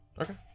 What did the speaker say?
Okay